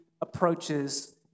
approaches